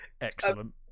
Excellent